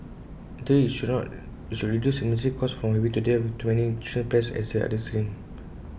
in theory IT should reduce administrative costs from having to deal with too many insurance plans as the other extreme